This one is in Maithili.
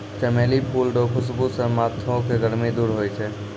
चमेली फूल रो खुशबू से माथो के गर्मी दूर होय छै